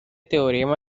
teorema